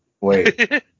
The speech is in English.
Wait